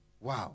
Wow